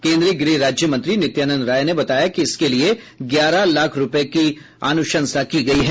केंद्रीय गृह राज्य मंत्री नित्यानंद राय ने बताया कि इसके लिये ग्यारह लाख रूपये की अनुशंसा की गयी है